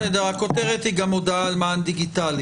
בסדר, הכותרת היא גם הודעה על מען דיגיטלי.